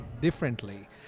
differently